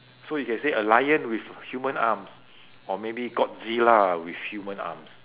so you can say a lion with human arms or maybe godzilla with human arms